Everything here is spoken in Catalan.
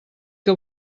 que